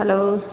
hello